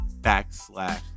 backslash